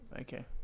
Okay